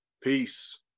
Peace